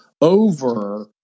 over